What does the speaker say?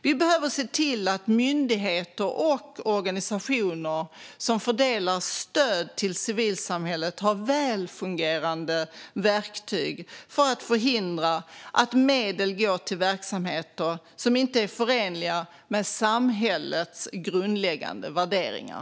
Vi behöver se till att myndigheter och organisationer som fördelar stöd till civilsamhället har välfungerande verktyg för att förhindra att medel går till verksamheter som inte är förenliga med samhällets grundläggande värderingar.